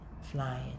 flying